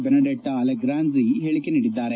Benedetta Allegranzi ಹೇಳಕೆ ನೀಡಿದ್ದಾರೆ